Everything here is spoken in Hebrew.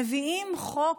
מביאים חוק